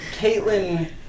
Caitlyn